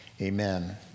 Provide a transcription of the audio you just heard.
Amen